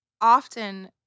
often